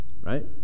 right